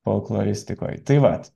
folkloristikoje tai vat